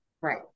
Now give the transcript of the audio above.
right